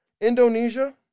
Indonesia